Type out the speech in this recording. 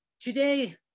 Today